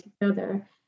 together